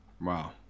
Wow